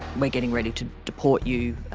we're getting ready to deport you.